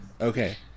Okay